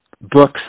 books